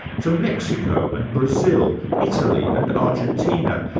to mexico and brazil, italy and argentina,